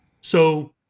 So-